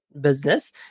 business